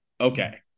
Okay